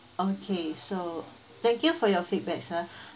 okay so thank you for your feedback sir